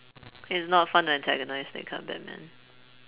it's not fun to antagonise that kind of batman